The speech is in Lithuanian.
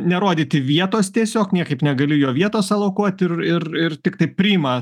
nerodyti vietos tiesiog niekaip negali jo vietos elokuot ir ir ir tiktai priima